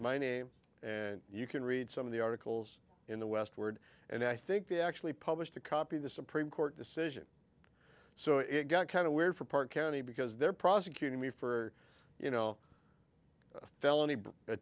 my name and you can read some of the articles in the westward and i think they actually published a copy of the supreme court decision so it got kind of weird for park county because they're prosecuting me for you know a felony